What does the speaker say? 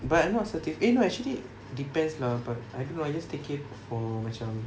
but I'm not certi~ eh no actually depends lah but I don't know I just take it for macam